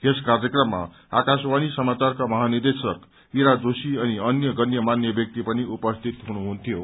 यस कार्यक्रममा आकाशवणी समाचारका महानिदेशक ईरा जोशी अनि अन्य गण्यमान्य ब्यक्ति पनि उपस्थित हुनुहुन्थ्यो